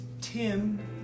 Tim